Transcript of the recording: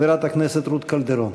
חברת הכנסת רות קלדרון.